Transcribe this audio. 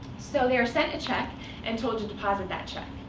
so they're sent a check and told to deposit that check.